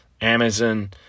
Amazon